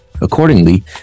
Accordingly